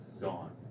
gone